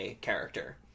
character